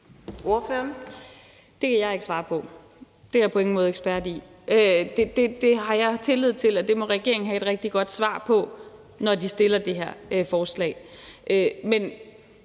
Det kan jeg ikke svare på. Det er jeg på ingen måde ekspert i. Det har jeg tillid til at regeringen må have et rigtig godt svar på, når de fremsætter det her forslag.